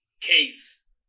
case